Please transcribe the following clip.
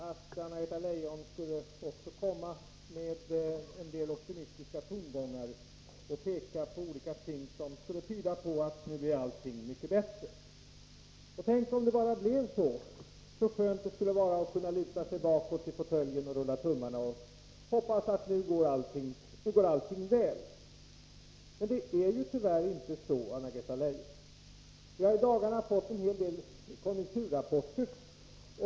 Fru talman! Jag vill avslöja att jag väntade att Anna-Greta Leijon skulle anslå också en del optimistiska tongångar och visa på olika ting som skulle tyda på att allting nu är mycket bättre. Tänk, om det bara blev så — så skönt det skulle vara att kunna luta sig bakåt i fåtöljen, rulla tummarna och hoppas att allting vore väl. Men det är tyvärr inte så, Anna-Greta Leijon. Vi har i dagarna fått en hel del konjunkturrapporter.